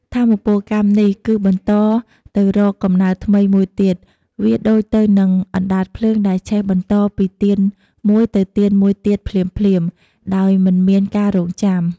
ថាមពលកម្មនេះគឺបន្តទៅរកកំណើតថ្មីមួយទៀត វាដូចទៅនឹងអណ្ដាតភ្លើងដែលឆេះបន្តពីទៀនមួយទៅទៀនមួយទៀតភ្លាមៗ ដោយមិនមានការរង់ចាំ។